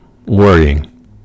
Worrying